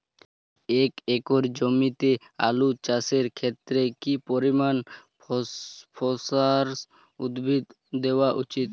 এক একর জমিতে আলু চাষের ক্ষেত্রে কি পরিমাণ ফসফরাস উদ্ভিদ দেওয়া উচিৎ?